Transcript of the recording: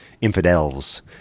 Infidels